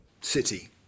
city